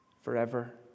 Forever